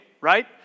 right